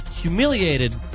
humiliated